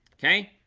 okay,